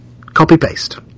Copy-paste